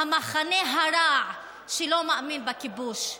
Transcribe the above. המחנה הרע, שלא מאמין בכיבוש,